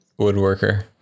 Woodworker